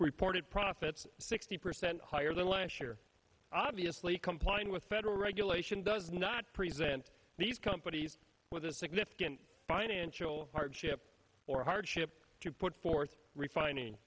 reported profits sixty percent higher than last year obviously complying with federal regulation does not present these companies with a significant financial hardship or hardship to put forth refining